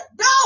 no